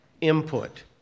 input